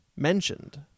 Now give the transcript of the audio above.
mentioned